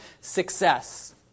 success